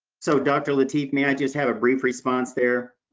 so dr. lateef, may i just have a brief response there?